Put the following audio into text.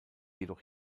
jedoch